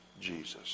Jesus